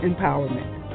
empowerment